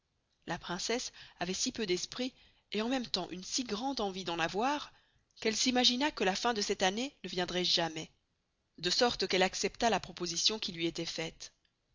la princesse avoit si peu d'esprit et en mesme temps une si grande envie d'en avoir qu'elle s'imagina que la fin de cette année ne viendroit jamais de sorte qu'elle accepta la proposition qui luy estoit faite